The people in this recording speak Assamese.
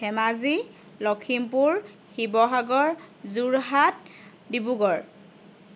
ধেমাজী লখিমপুৰ শিৱসাগৰ যোৰহাট ডিব্ৰুগড়